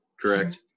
Correct